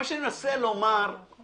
מה שאני מנסה לומר לך,